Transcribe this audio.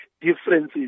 differences